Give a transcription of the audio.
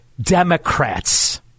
Democrats